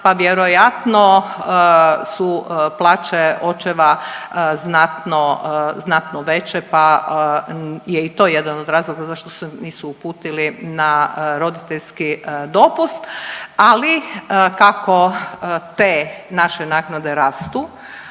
pa vjerojatno su plaće očeva znatno, znatno veće, pa je i to jedan od razloga zašto se nisu uputili na roditeljski dopust, ali kako te naše naknade rastu,